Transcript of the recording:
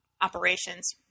operations